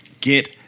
get